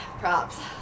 props